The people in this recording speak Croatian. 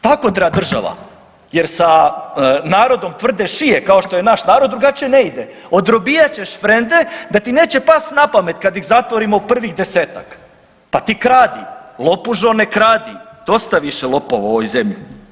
Tako treba država jer sa narodom tvrde šije kao što je naš narod drugačije ne ide, odrobijat ćeš frende da ti neće past na pamet kad ih zatvorimo prvih 10-tak, pa ti kradi, lopužo ne kradi, dosta više lopova u ovoj zemlji.